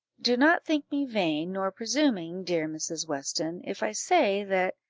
do not think me vain nor presuming, dear mrs. weston, if i say, that,